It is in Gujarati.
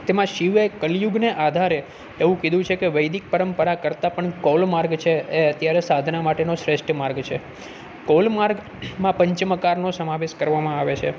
તેમાં શિવે કલયુગને આધારે એવું કીધું છે કે વૈદિક પરંપરા કરતાં પણ કૌલ માર્ગ છે એ અત્યારે સાધન માટેનો શ્રેષ્ઠ માર્ગ છે કૌલ માર્ગ માં પંચમકારનો સમાવેશ કરવામાં આવે છે